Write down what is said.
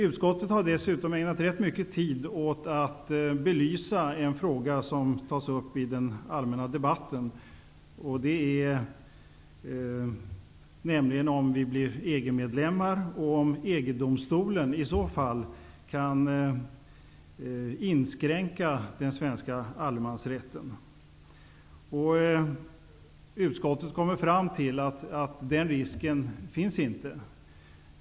Utskottet har dessutom ägnat rätt mycket tid åt att belysa en fråga som tas upp i den allmänna debatten, nämligen om EG-domstolen -- om vi blir EG-medlemmar -- kan inskränka den svenska allemansrätten. Utskottet kommer fram till att den risken inte finns.